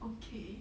okay